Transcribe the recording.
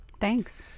Thanks